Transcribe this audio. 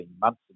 months